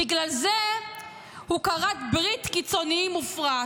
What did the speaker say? בגלל זה הוא כרת ברית קיצוניים מופרעת,